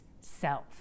self